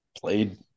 played